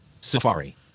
Safari